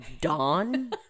Dawn